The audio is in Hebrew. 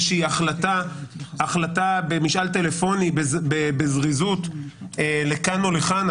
שהיא החלטה במשאל טלפוני בזריזות לכאן או לכאן,